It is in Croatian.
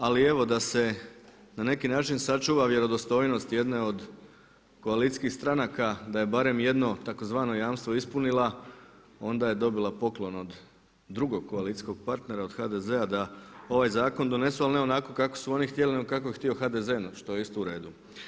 Ali evo da se na neki način sačuva vjerodostojnost jedne od koalicijskih stranaka da je barem jedno tzv. jamstvo ispunila onda je dobila poklon od drugog koalicijskog partnera od HDZ-a da ovaj zakon donese ali ne onako kako su oni htjeli nego kako je htio HDZ što je isto u redu.